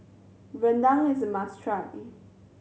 rendang is a must try